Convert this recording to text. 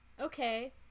okay